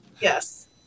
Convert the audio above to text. Yes